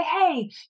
Hey